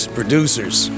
producers